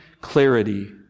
clarity